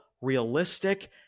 realistic